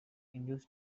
induce